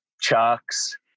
Chuck's